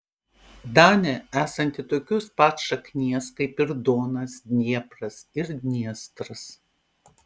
danė esanti tokios pat šaknies kaip ir donas dniepras ir dniestras